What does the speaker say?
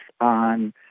on